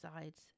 sides